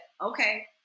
Okay